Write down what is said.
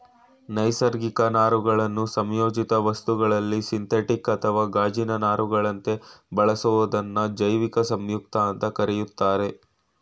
ನೈಸರ್ಗಿಕ ನಾರುಗಳನ್ನು ಸಂಯೋಜಿತ ವಸ್ತುಗಳಲ್ಲಿ ಸಿಂಥೆಟಿಕ್ ಅಥವಾ ಗಾಜಿನ ನಾರುಗಳಂತೆ ಬಳಸೋದನ್ನ ಜೈವಿಕ ಸಂಯುಕ್ತ ಅಂತ ಕರೀತಾರೆ